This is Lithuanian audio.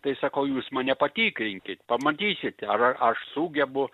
tai sakau jūs mane patikrinkit pamatysit ar aš sugebu